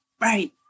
Right